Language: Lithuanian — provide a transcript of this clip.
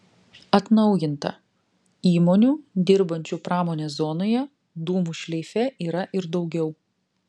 atnaujinta įmonių dirbančių pramonės zonoje dūmų šleife yra ir daugiau